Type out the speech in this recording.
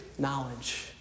Knowledge